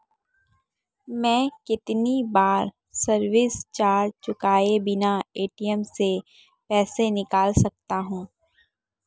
मैं कितनी बार सर्विस चार्ज चुकाए बिना ए.टी.एम से पैसे निकाल सकता हूं?